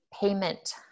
payment